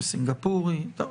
לא